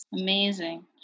Amazing